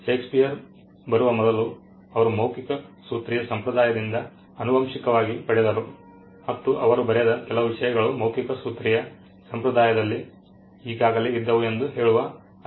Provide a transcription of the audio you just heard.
Shakespeare ಬರುವ ಮೊದಲು ಅವರು ಮೌಖಿಕ ಸೂತ್ರೀಯ ಸಂಪ್ರದಾಯದಿಂದ ಆನುವಂಶಿಕವಾಗಿ ಪಡೆದರು ಮತ್ತು ಅವರು ಬರೆದ ಕೆಲವು ವಿಷಯಗಳು ಮೌಖಿಕ ಸೂತ್ರೀಯ ಸಂಪ್ರದಾಯದಲ್ಲಿ ಈಗಾಗಲೇ ಇದ್ದವು ಎಂದು ಹೇಳುವ ಅಧ್ಯಯನಗಳಿವೆ